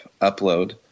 upload